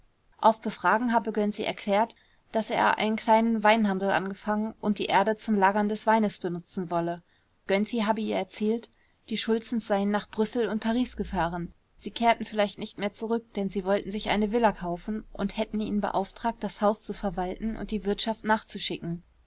auf befragen habe gönczi erklärt daß er einen kleinen weinhandel anfangen und die erde zum lagern des weines benutzen wolle gönczi habe ihr erzählt die schultzens seien nach brüssel und paris gefahren sie kehrten vielleicht nicht mehr zurück denn sie wollten sich eine villa kaufen und hätten ihn beauftragt das haus zu verwalten und die wirtschaft nachzuschicken